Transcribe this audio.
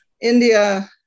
India